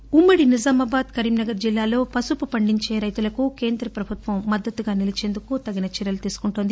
శంకర్ పసుపు ఉమ్మ డి నిజామాబాద్ కరీంనగర్ జిల్లాలో పసుపు పండించే రైతులకు కేంద్ర ప్రభుత్వం మద్దతుగా నిలిచేందుకు తగిన చర్యలు తీసుకుంటోంది